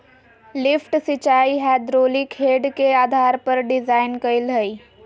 lift सिंचाई hydraulic head के आधार पर डिजाइन कइल हइ